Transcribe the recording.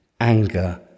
anger